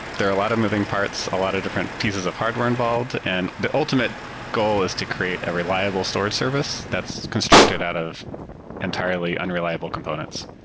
there a lot of moving parts, a lot of different pieces of hardware involved. and the ultimate goal is to create a reliable storage service that's constructed out of entirely unreliable components.